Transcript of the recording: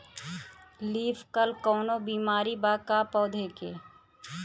Leaf curl कौनो बीमारी बा का पौधा के?